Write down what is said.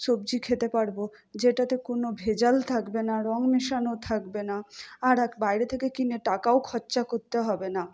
সবজি খেতে পারবো যেটাতে কোনো ভেজাল থাকবে না রঙ মেশানো থাকবে না আর এক বাইরে থেকে কিনে টাকাও খরচা করতে হবে না